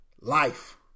life